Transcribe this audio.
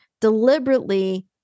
deliberately